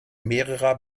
mehrerer